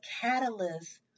catalyst